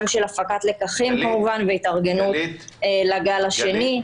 של הפקת לקחים כמובן והתארגנות לגל השני,